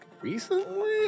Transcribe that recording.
recently